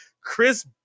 Chris